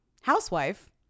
housewife